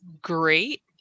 great